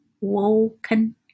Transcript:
woken